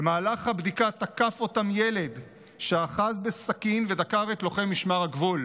במהלך הבדיקה תקף אותם ילד שאחז בסכין ודקר את לוחם משמר הגבול.